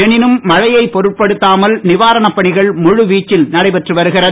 எனினும் மழையை பொருட்படுத்தாமல் நிவாரப் பணிகள் முழு வீச்சில் நடைபெற்று வருகிறது